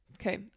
Okay